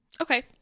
Okay